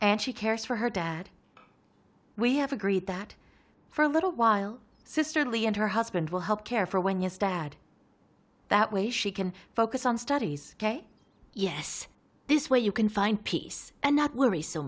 and she cares for her dad we have agreed that for a little while sisterly and her husband will help care for one yes dad that way she can focus on studies yes this way you can find peace and not worry so